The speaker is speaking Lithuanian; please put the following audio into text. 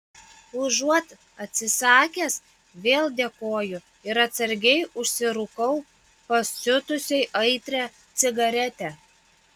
užuot atsisakęs vėl dėkoju ir atsargiai užsirūkau pasiutusiai aitrią cigaretę